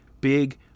big